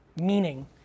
Meaning